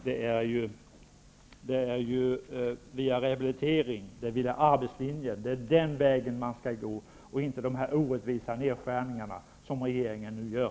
Det är arbetslinjen via rehabilitering man skall gå och inte via de orättvisa nedskärningar som regeringen nu gör.